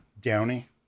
Downey